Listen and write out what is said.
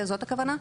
זאת הכוונה?